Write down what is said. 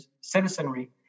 citizenry